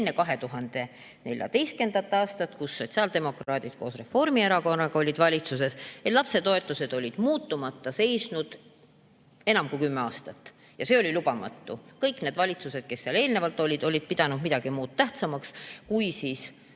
enne 2014. aastat, kui sotsiaaldemokraadid koos Reformierakonnaga olid valitsuses, olid lapsetoetused muutumata seisnud enam kui kümme aastat. Ja see oli lubamatu. Kõik need valitsused, kes eelnevalt olid, olid pidanud midagi muud tähtsamaks kui